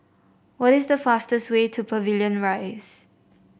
what is the fastest way to Pavilion Rise